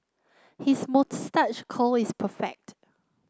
his moustache curl is perfect